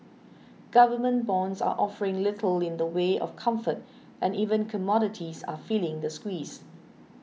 government bonds are offering little in the way of comfort and even commodities are feeling the squeeze